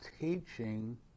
teaching